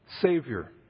Savior